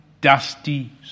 dusty